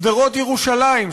שדרות ירושלים,